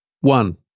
One